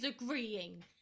agreeing